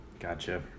Gotcha